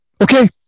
Okay